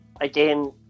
again